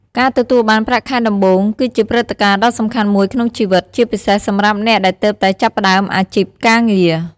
ការទទួលបាន ប្រាក់ខែដំបូង គឺជាព្រឹត្តិការណ៍ដ៏សំខាន់មួយក្នុងជីវិត ជាពិសេសសម្រាប់អ្នកដែលទើបតែចាប់ផ្ដើមអាជីពការងារ។